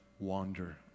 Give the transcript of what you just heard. wander